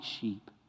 sheep